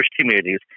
communities